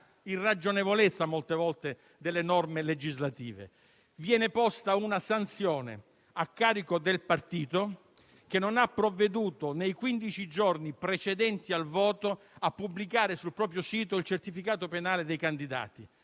dell'irragionevolezza (molte volte) delle norme legislative. Viene posta una sanzione a carico del partito che non ha provveduto, nei quindici giorni precedenti al voto, a pubblicare sul proprio sito il certificato penale dei candidati.